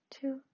two